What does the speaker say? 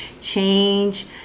change